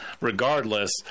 regardless